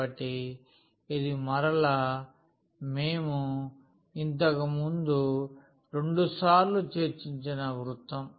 కాబట్టి ఇది మరలా మేము ఇంతకుముందు రెండుసార్లు చర్చించిన వృత్తం